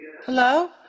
Hello